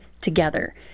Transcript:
together